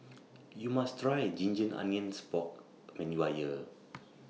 YOU must Try Ginger Onions Pork when YOU Are here